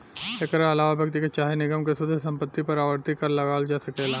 एकरा आलावा व्यक्ति के चाहे निगम के शुद्ध संपत्ति पर आवर्ती कर लगावल जा सकेला